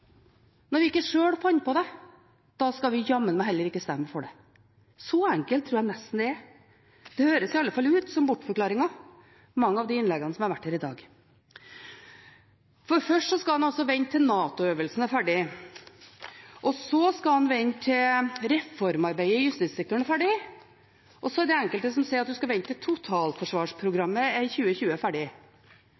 skal vi neimen heller ikke stemme for det. Så enkelt tror jeg nesten det er. De høres i hvert fall ut som bortforklaringer, mange av de innleggene som har vært her i dag. For først skal en altså vente til NATO-øvelsen er ferdig. Så skal en vente til reformarbeidet i justissektoren er ferdig. Og så er det enkelte som sier at en skal vente